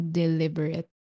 deliberate